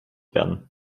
werden